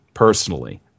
Personally